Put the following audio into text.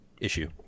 issue